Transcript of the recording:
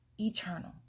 eternal